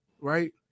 right